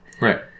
Right